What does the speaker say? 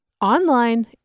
Online